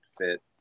fit